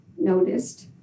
noticed